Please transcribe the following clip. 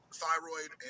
thyroid